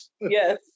Yes